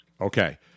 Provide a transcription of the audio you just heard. Okay